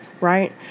right